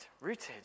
rooted